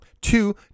two